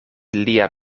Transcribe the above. lia